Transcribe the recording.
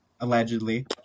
allegedly